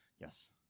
Yes